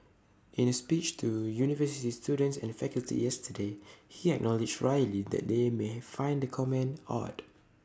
in A speech to university students and faculty yesterday he acknowledged wryly that they may find the comment odd